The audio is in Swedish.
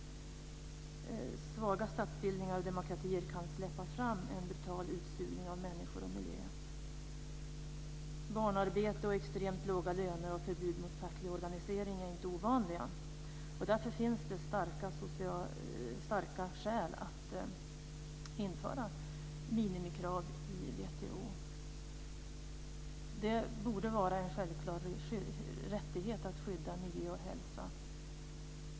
Svaga statsbildningar och demokratier kan släppa fram en brutal utsugning av människor och miljö. Barnarbete och extremt låga löner och förbud mot facklig organisering är inte ovanliga. Därför finns det starka skäl att införa minimikrav i WTO. Det borde vara en självklar rättighet att skydda miljö och hälsa.